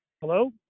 Hello